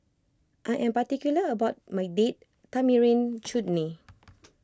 I am particular about my Date Tamarind Chutney